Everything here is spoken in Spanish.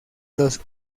los